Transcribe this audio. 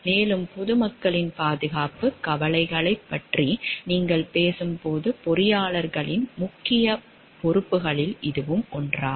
மேலும் பொதுமக்களின் பாதுகாப்புக் கவலைகளைப் பற்றி நீங்கள் பேசும்போது பொறியாளர்களின் முக்கியப் பொறுப்புகளில் இதுவும் ஒன்றாகும்